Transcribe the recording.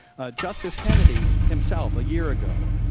justice kennedy himself, a year ago,